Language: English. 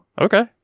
okay